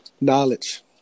knowledge